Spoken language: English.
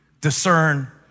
discern